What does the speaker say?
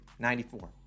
94